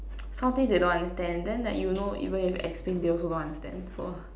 some things they don't understand then like you know even if you explain they also don't understand so